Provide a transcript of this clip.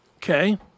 Okay